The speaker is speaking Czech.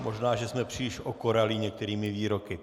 Možná že jsme příliš okoralí některými výroky.